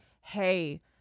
hey